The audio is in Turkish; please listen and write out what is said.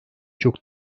çok